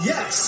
Yes